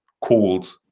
called